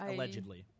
Allegedly